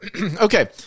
Okay